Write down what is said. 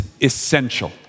essential